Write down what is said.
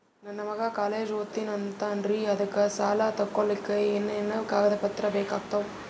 ನನ್ನ ಮಗ ಕಾಲೇಜ್ ಓದತಿನಿಂತಾನ್ರಿ ಅದಕ ಸಾಲಾ ತೊಗೊಲಿಕ ಎನೆನ ಕಾಗದ ಪತ್ರ ಬೇಕಾಗ್ತಾವು?